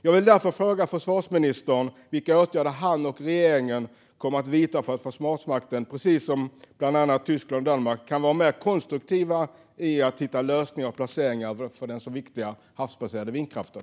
Jag vill därför fråga försvarsministern vilka åtgärder han och regeringen kommer att vidta för att Försvarsmakten, precis som i bland annat Tyskland och Danmark, kan vara mer konstruktiva i att hitta lösningar för placering av den så viktiga havsbaserade vindkraften.